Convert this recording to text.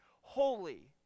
holy